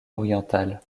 oriental